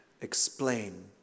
explain